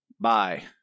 bye